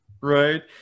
right